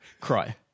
cry